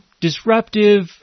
disruptive